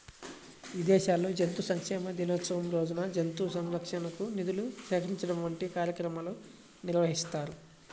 విదేశాల్లో జంతు సంక్షేమ దినోత్సవం రోజున జంతు సంరక్షణకు నిధులు సేకరించడం వంటి కార్యక్రమాలు నిర్వహిస్తారు